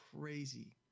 crazy